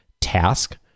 task